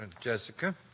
Jessica